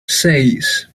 seis